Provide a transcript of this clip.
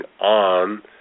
on